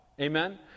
Amen